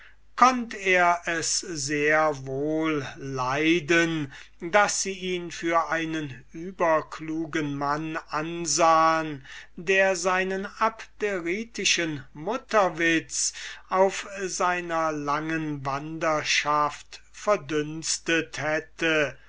konnt er es sehr wohl leiden daß sie ihn für einen überklugen mann ansahen der seinen abderitischen mutterwitz auf seiner langen wanderschaft verdünstet hatte